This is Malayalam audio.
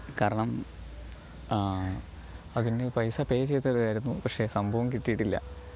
കാരണം ആ അതിന് പൈസ പേ ചെയ്തതായിരുന്നു പക്ഷേ സംഭവം കിട്ടിയിട്ടില്ല